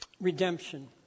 redemption